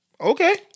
Okay